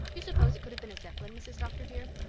you suppose it could have been a zeppelin, mrs. dr. dear?